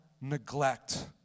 neglect